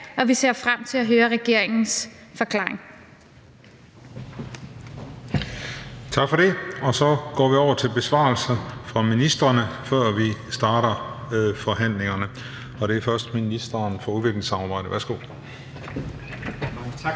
21:43 Den fg. formand (Christian Juhl): Tak for det. Så går vi over til besvarelsen fra ministrene, før vi starter forhandlingen. Det er først ministeren for udviklingssamarbejde. Værsgo. Kl.